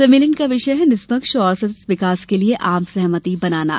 सम्मेलन का विषय है निष्पक्ष और सतत विकास के लिए आम सहमति बनाना